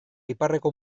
iparreko